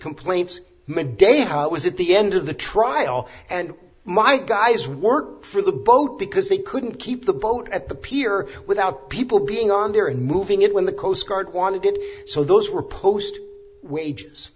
complaints made day how it was at the end of the trial and my guys work for the boat because they couldn't keep the boat at the pier without people being on there and moving it when the coast guard wanted did so those were post wages